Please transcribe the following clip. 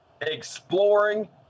exploring